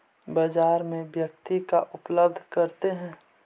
बाजार में व्यक्ति का उपलब्ध करते हैं?